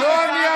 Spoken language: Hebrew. זה לא מיינסטרים?